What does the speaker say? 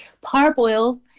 parboil